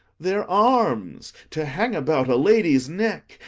their arms to hang about a lady's neck,